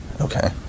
Okay